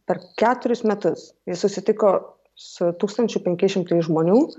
per keturis metus jis susitiko su tūkstančiu penkiais šimtais žmonių